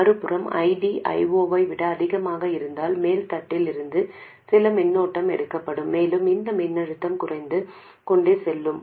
மறுபுறம் ID I0 ஐ விட அதிகமாக இருந்தால் மேல் தட்டில் இருந்து சில மின்னோட்டம் எடுக்கப்படும் மேலும் இந்த மின்னழுத்தம் குறைந்து கொண்டே செல்லும்